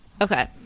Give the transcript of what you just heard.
Okay